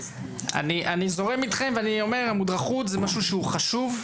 אני זורם איתכם ואני אומר שמודרכות זה משהו שהוא חשוב,